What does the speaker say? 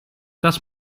das